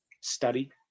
study